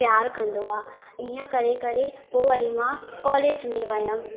प्यार कंदो आहे ईअं करे करे पोइ वरी मां कॉलेज में वयमि